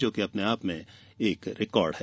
जो कि अपने आप में एक रिकार्ड है